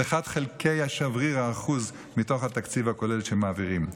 זה אחד חלקי שבריר האחוז מתוך התקציב הכולל שמעבירים.